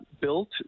built